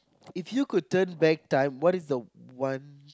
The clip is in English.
if you could turn back time what is the one